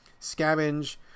scavenge